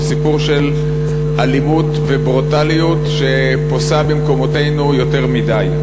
הוא סיפור של אלימות וברוטליות שפושות במקומותינו יותר מדי.